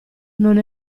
non